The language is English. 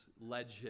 legend